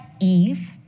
Eve